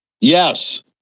Yes